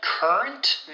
Current